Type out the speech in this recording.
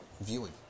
viewing